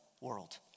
world